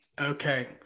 Okay